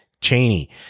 Cheney